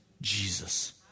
Jesus